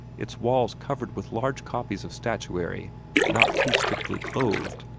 its walls covered with large copies of statuary not too strictly clothed,